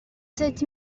sept